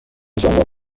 ژامبون